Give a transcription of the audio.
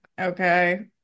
okay